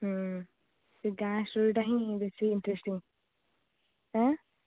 ହୁଁ ସେ ଗାଁ ଷ୍ଟୋରିଟା ହିଁ ବେଶୀ ଇଣ୍ଟ୍ରେଷ୍ଟିଙ୍ଗ ଆଁ